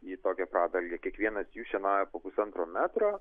į tokią pradalgę kiekvienas jų šienauja pusantro metro